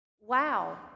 wow